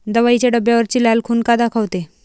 दवाईच्या डब्यावरची लाल खून का दाखवते?